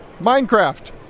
Minecraft